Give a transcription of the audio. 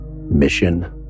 Mission